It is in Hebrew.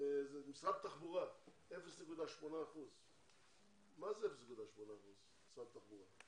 משרד התחבורה, 0.8%. מה זה 0.8% משרד התחבורה?